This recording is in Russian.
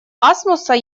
асмуса